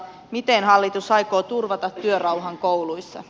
miten hallitus aikoo turvata työrauhan kouluissa